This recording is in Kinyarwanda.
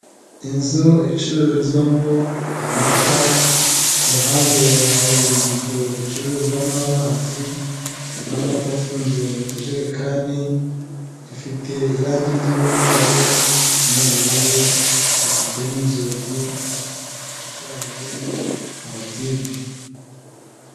Aba rero urabona ko bambaye amakarita ndetse n'imyenda, bisa n'aho hari inama bari bitabiriye yiga ku bibazo runaka biba byugarije abaturage cyangwa biba byugarije igihugu, biterwa n'ingingo nyamukuru ihari.